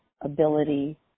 ability